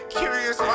curious